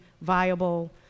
viable